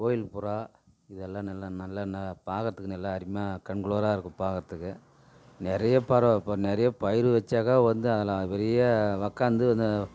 கோயில் புறா இதெல்லாம் நல்ல நல்ல ந பார்க்கறதுக்கு நல்ல அருமையாக கண் குளுராக இருக்கும் பார்க்கறதுக்கு நிறைய பறவை இப்போ நிறைய பயிர் வச்சாக்கா வந்து அதில் பெரிய உக்காந்து வந்து